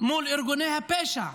מארגוני הפשע.